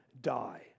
die